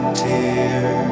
tear